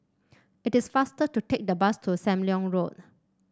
it is faster to take the bus to Sam Leong Road